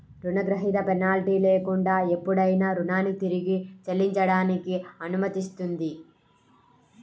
రుణగ్రహీత పెనాల్టీ లేకుండా ఎప్పుడైనా రుణాన్ని తిరిగి చెల్లించడానికి అనుమతిస్తుంది